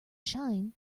shine